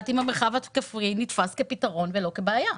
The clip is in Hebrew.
אם המרחב הכפרי נתפס כפתרון ולא כבעיה.